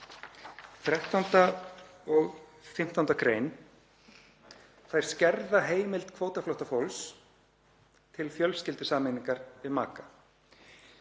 13. og 15. gr. skerða heimild kvótaflóttafólks til fjölskyldusameiningar við maka.